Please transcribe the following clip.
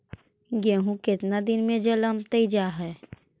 गेहूं केतना दिन में जलमतइ जा है?